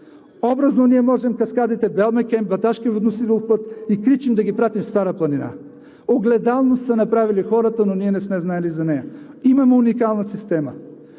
Образно ние можем каскадите „Белмекен“, „Баташки водносилов път“ и „Кричим“ да ги пратим в Стара планина. Огледалност са направили хората, но ние не сме знаели за нея. Имаме уникална система